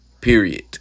Period